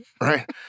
right